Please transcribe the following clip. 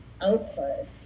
output